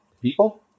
People